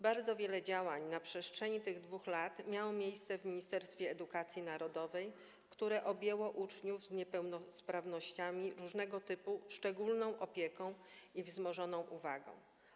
Bardzo wiele działań na przestrzeni tych 2 lat miało miejsce w Ministerstwie Edukacji Narodowej, które objęło uczniów z niepełnosprawnościami różnego typu szczególną opieką i poświęciło im wzmożoną uwagę.